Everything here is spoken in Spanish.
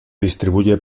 distribuye